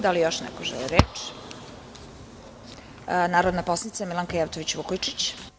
Da li još neko želi reč? (Da) Reč ima narodna poslanica Milanka Jevtović Vukojčić.